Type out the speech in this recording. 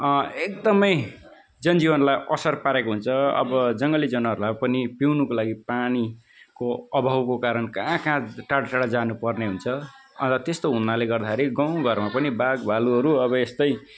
एकदमै जनजीवनलाई असर पारेको हुन्छ अब जङ्गली जनावरलाई पनि पिउनुको लागि पानीको अभावको कारण कहाँ कहाँ टाढा टाढा जानु पर्ने हुन्छ अन्त त्यस्तो हुनाले गर्दाखेरि गाउँ घरमा पनि बाघ भालुहरू अब यस्तै